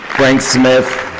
smith.